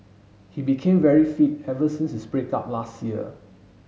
he became very fit ever since his break up last year